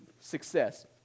success